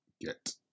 get